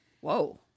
Whoa